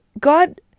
God